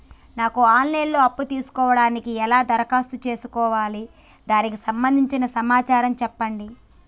నాకు online లో అప్పు తీసుకోవడానికి ఎలా దరఖాస్తు చేసుకోవాలి దానికి సంబంధించిన సమాచారం చెప్పండి?